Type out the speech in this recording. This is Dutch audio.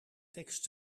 tekst